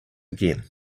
again